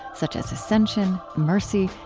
such as ascension, mercy,